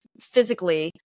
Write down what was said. physically